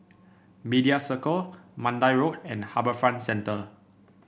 Media Circle Mandai Road and HarbourFront Center